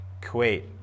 Kuwait